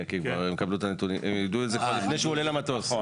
כי הם יידעו את זה לפני שהוא עולה למטוס.